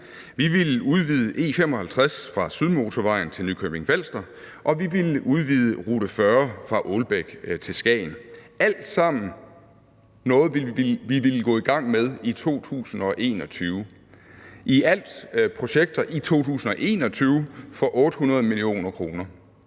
Vi ville udvide E55 fra Sydmotorvejen til Nykøbing Falster. Og vi ville udvide rute 40 fra Ålbæk til Skagen. Det er alt sammen noget, vi ville gå i gang med i 2021. I alt er det projekter i 2021 for 800 mio. kr.